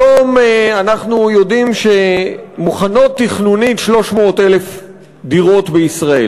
היום אנחנו יודעים שמוכנות תכנונית 300,000 דירות בישראל.